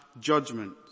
judgment